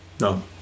No